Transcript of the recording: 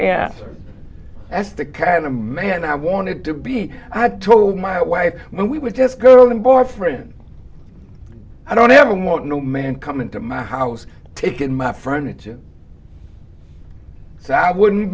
and that's the kind of man i wanted to be i told my wife when we would just go in boyfriend i don't ever want no man come into my house taken my furniture so i wouldn't